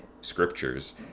scriptures